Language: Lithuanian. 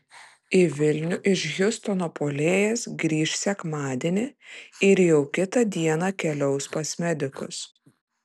į vilnių iš hjustono puolėjas grįš sekmadienį ir jau kitą dieną keliaus pas medikus